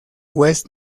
west